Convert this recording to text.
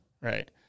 Right